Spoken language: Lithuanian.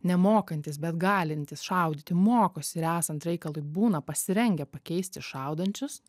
nemokantys bet galintys šaudyti mokosi ir esant reikalui būna pasirengę pakeisti šaudančius